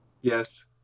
Yes